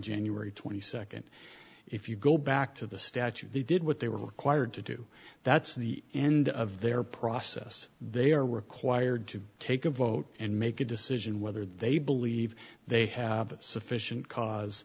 january twenty second if you go back to the statute they did what they were required to do that's the end of their process they are required to take a vote and make a decision whether they believe they have sufficient cause